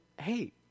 hey